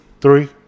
Three